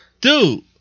Dude